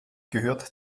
gehört